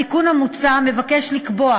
התיקון המוצע מבקש לקבוע